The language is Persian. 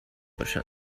باشن